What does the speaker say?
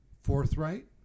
forthright